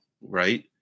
right